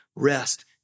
rest